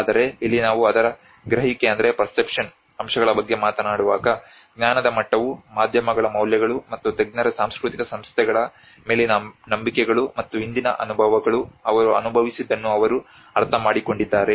ಆದರೆ ಇಲ್ಲಿ ನಾವು ಅದರ ಗ್ರಹಿಕೆ ಅಂಶಗಳ ಬಗ್ಗೆ ಮಾತನಾಡುವಾಗ ಜ್ಞಾನದ ಮಟ್ಟವು ಮಾಧ್ಯಮಗಳ ಮೌಲ್ಯಗಳು ಮತ್ತು ತಜ್ಞರ ಸಾಂಸ್ಕೃತಿಕ ಸಂಸ್ಥೆಗಳ ಮೇಲಿನ ನಂಬಿಕೆಗಳು ಮತ್ತು ಹಿಂದಿನ ಅನುಭವಗಳು ಅವರು ಅನುಭವಿಸಿದ್ದನ್ನು ಅವರು ಅರ್ಥಮಾಡಿಕೊಂಡಿದ್ದಾರೆ